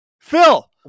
Phil